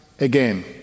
again